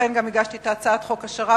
ולכן גם הגשתי את הצעת חוק השר"פ,